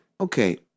Okay